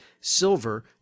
silver